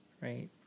right